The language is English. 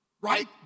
right